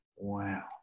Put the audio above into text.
Wow